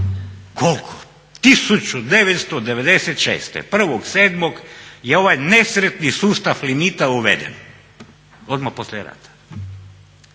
Koliko? 1996., 1.07. je ovaj nesretni sustav limita uveden, odmah poslije rata.